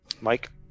Mike